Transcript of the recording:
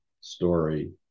story